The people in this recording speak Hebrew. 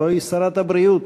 הלוא היא שרת הבריאות,